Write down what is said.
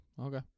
okay